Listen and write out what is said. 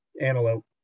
antelope